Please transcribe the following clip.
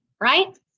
right